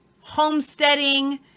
homesteading